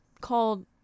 called